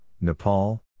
Nepal